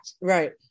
Right